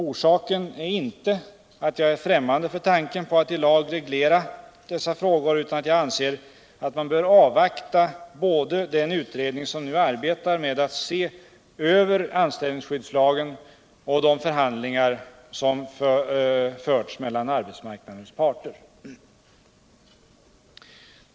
Orsaken är inte all jag är frimmande för tanken på att i lag reglera dessa frågor, utan orsaken är atl jag anseratt man bör avvakta både den utredning som arbetar med att se över anställningsskyddslagen och de förhandlingar som förts mellan arbetsmarknadens parter.